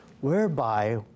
whereby